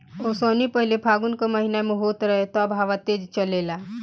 ओसौनी पहिले फागुन के महीना में होत रहे तब हवा तेज़ चलेला